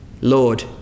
Lord